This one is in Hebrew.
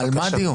לא, על מה הדיון?